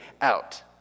out